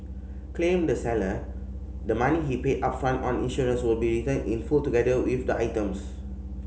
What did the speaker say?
claimed the seller the money he paid upfront on insurance will be returned in full together with the items